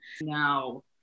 no